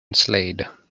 slade